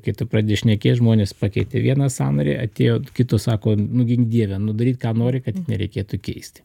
kai tu pradėti šnekėt žmonės pakeitė vieną sąnarį atėjo kitu sako nu gink dieve nu daryt ką nori kad nereikėtų keisti